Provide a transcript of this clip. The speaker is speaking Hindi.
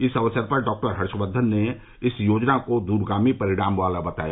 इस अवसर पर डॉक्टर हर्षवर्धन ने इस योजना को दूरगामी परिणाम वाला बताया